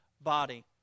body